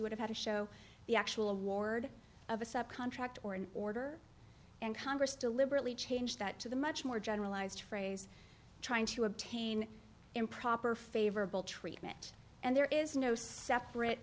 would have to show the actual award of a subcontract or an order and congress deliberately changed that to the much more generalized phrase trying to obtain improper favorable treatment and there is no separate